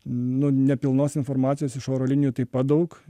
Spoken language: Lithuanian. nu nepilnos informacijos iš oro linijų taip pat daug